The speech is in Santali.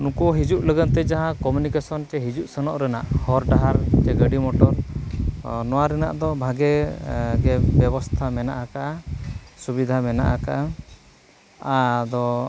ᱱᱩᱠᱩ ᱦᱤᱡᱩᱜ ᱞᱟᱹᱜᱤᱫᱼᱛᱮ ᱡᱟᱦᱟᱸ ᱠᱚᱢᱤᱭᱩᱱᱤᱠᱮᱥᱚᱱ ᱥᱮ ᱦᱤᱡᱩᱜ ᱥᱮᱱᱚᱜ ᱨᱮᱱᱟᱜ ᱦᱚᱨ ᱰᱟᱦᱟᱨ ᱥᱮ ᱜᱟᱹᱰᱤ ᱢᱚᱴᱚᱨ ᱱᱚᱣᱟ ᱨᱮᱱᱟᱜ ᱫᱚ ᱵᱷᱟᱜᱮ ᱜᱮ ᱵᱮᱵᱚᱥᱛᱷᱟ ᱢᱮᱱᱟᱜ ᱟᱠᱟᱫᱟ ᱥᱩᱵᱤᱫᱷᱟ ᱢᱮᱱᱟᱜ ᱟᱠᱟᱫᱟ ᱟᱫᱚ